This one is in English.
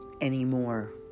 anymore